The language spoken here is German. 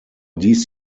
dies